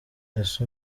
ese